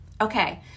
Okay